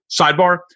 Sidebar